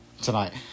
tonight